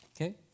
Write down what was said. Okay